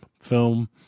film